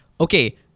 okay